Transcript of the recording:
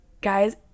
guys